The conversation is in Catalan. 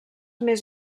més